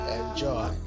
enjoy